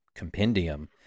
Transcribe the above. compendium